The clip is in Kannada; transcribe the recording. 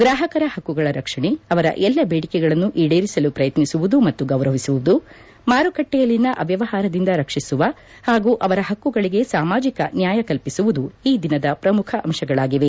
ಗ್ರಾಹಕರ ಹಕ್ಕುಗಳ ರಕ್ಷಣೆ ಅವರ ಎಲ್ಲ ಬೇಡಿಕೆಗಳನ್ನು ಈಡೇರಿಸಲು ಪ್ರಯತ್ನಿಸುವುದು ಮತ್ತು ಗೌರವಿಸುವುದು ಮಾರುಕಟ್ಟೆಯಲ್ಲಿನ ಅವ್ಯವಹಾರದಿಂದ ರಕ್ಷಿಸುವ ಹಾಗೂ ಅವರ ಹಕ್ಕುಗಳಿಗೆ ಸಾಮಾಜಕ ನ್ಯಾಯ ಕಲ್ಪಿಸುವುದು ಈ ದಿನ ಪ್ರಮುಖ ಅಂಶಗಳಾಗಿವೆ